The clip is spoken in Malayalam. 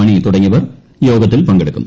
മണി തുടങ്ങിയവർ യോഗത്തിൽ പങ്കെടുക്കും